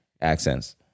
accents